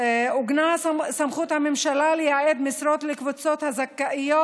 עוגנה סמכות הממשלה לייעד משרות לקבוצות הזכאיות